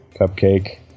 cupcake